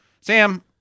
Sam